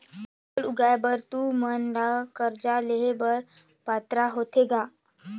फसल उगाय बर तू मन ला कर्जा लेहे कौन पात्रता होथे ग?